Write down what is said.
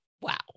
Wow